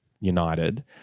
United